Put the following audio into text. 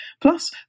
Plus